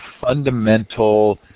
fundamental